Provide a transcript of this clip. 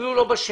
אפילו לא בשם.